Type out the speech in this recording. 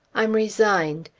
i'm resigned.